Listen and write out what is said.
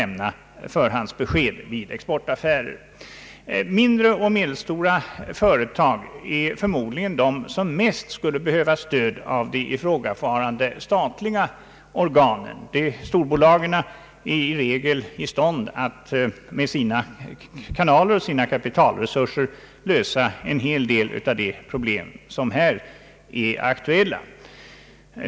Mindre och medelstora företag är förmodligen de som mest skulle behöva stöd av de ifrågavarande statliga organen. Storbolagen är i regel i stånd att tack vare sina kanaler och kapitalresurser lösa en hel del av de problem som här är aktuella.